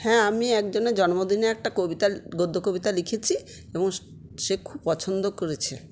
হ্যাঁ আমি একজনের জন্মদিনে একটা কবিতা গদ্য কবিতা লিখেছি এবং সে খুব পছন্দ করেছে